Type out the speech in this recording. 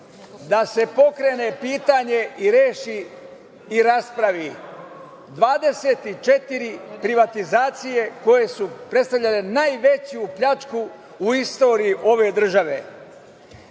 da se pokrene pitanje i reši i raspravi 24 privatizacije koje su predstavljale najveću pljačku u istoriji ove države.